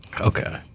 Okay